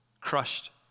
crushed